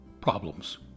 problems